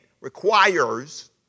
requires